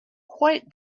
quite